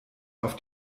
auf